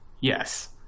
Yes